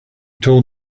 told